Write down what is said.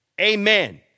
Amen